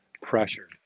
pressure